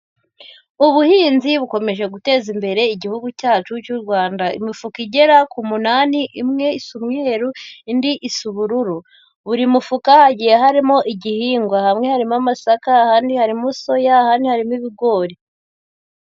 Ubuhinzi bukomeje guteza imbere igihugu cyacu cy'u Rwanda, imifuka igera ku munani imwe isa umweru indi isa ubururu, buri mufuka hagiye harimo igihingwa, hamwe harimo amasaka, ahandi harimo soya, ahandi harimo ibigori.